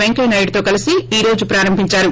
పెంకయ్యనాయడుతో కలిసి ఈ రోజు ప్రారంభిందారు